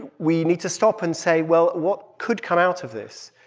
we need to stop and say, well, what could come out of this?